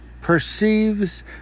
perceives